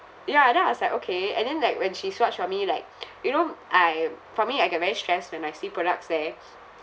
ya and then I was like okay and then like when she swatched on me like you know I for me I get very stressed when I see products there